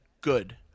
good